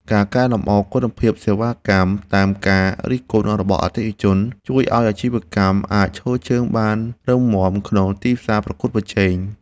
ការកែលម្អគុណភាពសេវាកម្មតាមការរិះគន់របស់អតិថិជនជួយឱ្យអាជីវកម្មអាចឈរជើងបានរឹងមាំក្នុងទីផ្សារប្រកួតប្រជែង។